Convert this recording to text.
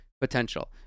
potential